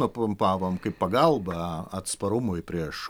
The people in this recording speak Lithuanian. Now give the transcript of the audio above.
papumpavom kaip pagalbą atsparumui prieš